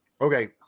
okay